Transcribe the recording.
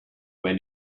when